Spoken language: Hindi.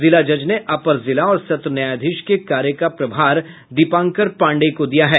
जिला जज ने अपर जिला और सत्र न्यायाधीश के कार्य का प्रभार दीपांकर पाण्डेय को दिया है